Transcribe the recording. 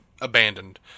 abandoned